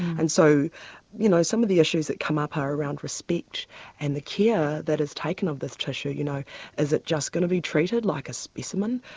and so you know some of the issues that come up are around respect and the care that is taken of this tissue. you know is it just going to be treated like a specimen?